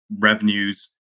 revenues